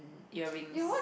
earrings